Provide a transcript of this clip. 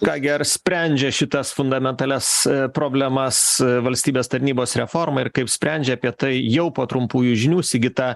ką gi ar sprendžia šitas fundamentalias problemas valstybės tarnybos reforma ir kaip sprendžia apie tai jau po trumpųjų žinių sigita